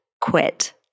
quit